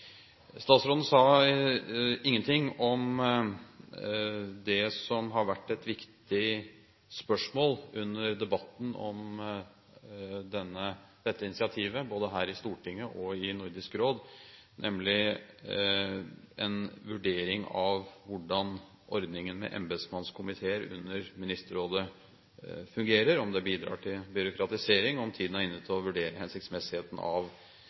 Statsråden sa ingenting om det som har vært et viktig spørsmål under debatten om dette initiativet både her i Stortinget og i Nordisk Råd, nemlig en vurdering av hvordan ordningen med embetsmannskomiteer under Ministerrådet fungerer, om det bidrar til byråkratisering, om tiden er inne til å vurdere hensiktsmessigheten av